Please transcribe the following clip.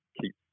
keep